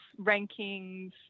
rankings